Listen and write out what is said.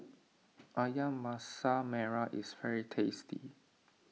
Ayam Masak Merah is very tasty